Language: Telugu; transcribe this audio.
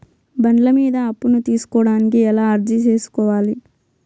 బండ్ల మీద అప్పును తీసుకోడానికి ఎలా అర్జీ సేసుకోవాలి?